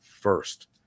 first